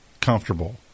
comfortable